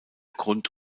grund